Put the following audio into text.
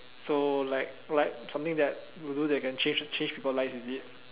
so like like something that will do that can change change people's lives is it